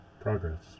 progress